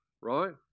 right